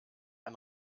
ein